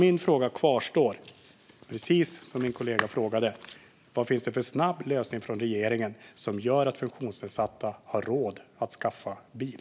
Min fråga kvarstår, precis som min kollega frågade: Vad finns det för snabb lösning från regeringen som gör att funktionsnedsatta har råd att skaffa bil?